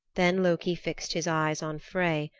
then loki fixed his eyes on frey,